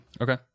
Okay